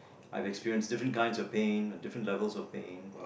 I've experienced different kinds of pain and different levels of pain